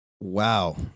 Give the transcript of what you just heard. Wow